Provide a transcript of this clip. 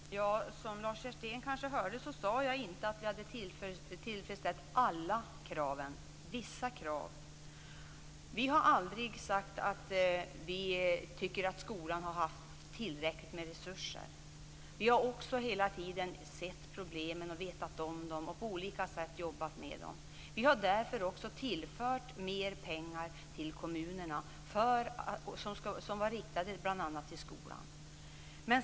Herr talman! Som Lars Hjertén kanske hörde sade jag inte att vi hade tillfredsställt alla krav, bara vissa krav. Vi har aldrig sagt att vi tycker att skolan har haft tillräckligt med resurser. Vi har hela tiden sett problemen och vetat om dem. Vi har jobbat med dem på olika sätt. Vi har därför också tillfört mer pengar till kommunerna, pengar som är riktade till bl.a. skolan.